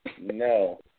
no